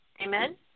Amen